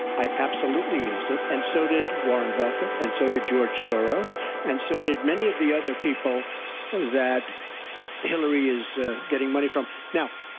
i absolutely used it and so did warren buffett and so did george soros and so did many of the other people that hillary is getting money from. now,